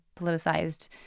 politicized